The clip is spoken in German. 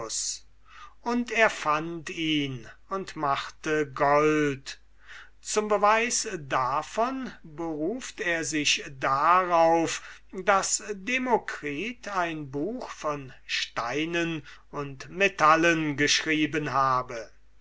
und er fand ihn und machte gold zum beweis davon beruft er sich darauf daß demokritus ein buch von steinen und metallen geschrieben habe